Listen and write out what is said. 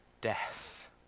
death